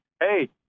hey